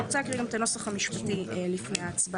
אני רוצה להקריא גם את הנוסח המשפטי לפני ההצבעה.